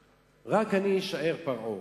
רק, אני אשאר פרעה.